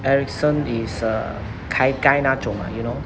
ericsson is a 开盖那种 ah you know